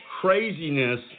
craziness